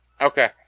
Okay